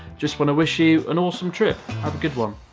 just want to wish you an awesome trip! have a good one!